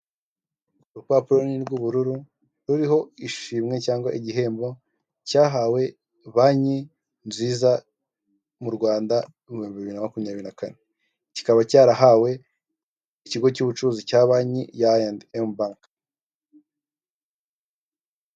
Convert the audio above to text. Urupapuro runini rw'ubururu ruriho ishimwe cyangwa igihembo cyahawe banki nziza mu Rwanda ibihumbi bibiri na makumyabiri na kane, kikaba cyarahawe ikigo cy'ubucuruzi cya banki ya ayi endemu banki.